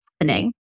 happening